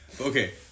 Okay